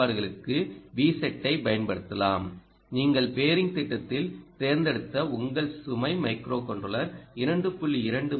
S பயன்பாடுகளுக்கு Vsetஐ பயன்படுத்தப்படலாம் நீங்கள் பேரிங் திட்டத்தில் தேர்ந்தெடுத்த உங்கள் சுமை மைக்ரோகண்ட்ரோலர் 2